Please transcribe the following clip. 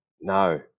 No